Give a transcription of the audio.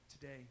today